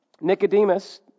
Nicodemus